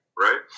Right